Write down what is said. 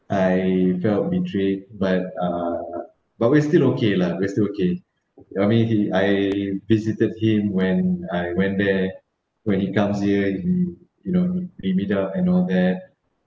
I felt betrayed but uh but we're still okay lah we're still okay I mean he I visited him when I went there when he comes here he you know we meet up and all that